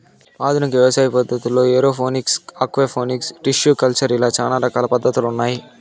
ఆధునిక వ్యవసాయ పద్ధతుల్లో ఏరోఫోనిక్స్, ఆక్వాపోనిక్స్, టిష్యు కల్చర్ ఇలా చానా రకాల పద్ధతులు ఉన్నాయి